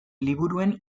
liburuen